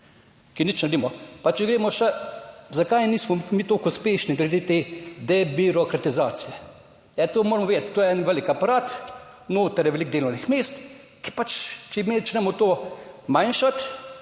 ki nič ne naredimo. Ša če gremo še, zakaj nismo mi toliko uspešni glede te debirokratizacije. Ja, to moramo vedeti, to je en velik aparat, noter je veliko delovnih mest, ki pač, če mi začnemo to manjšati,